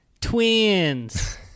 Twins